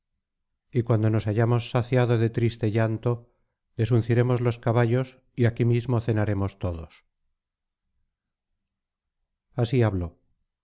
y cuando nos hayamos saciado de triste llanto desunciremos los caballos y aquí mismo cenaremos todos así habló